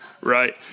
right